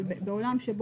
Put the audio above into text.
אבל בעולם,